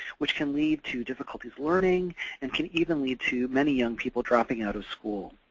which can lead to difficulties learning and can even lead to many young people dropping out of school.